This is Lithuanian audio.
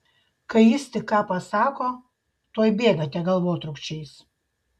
kai jis tik ką pasako tuoj bėgate galvotrūkčiais